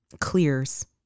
Clears